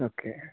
okay